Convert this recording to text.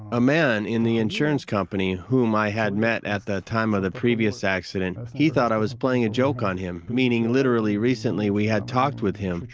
a man in the insurance company, whom i had met at the time of the previous accident, he thought i was playing a joke on him. meaning, literally, recently we had talked with him,